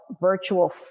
virtual